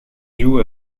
duo